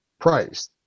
price